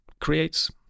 creates